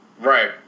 right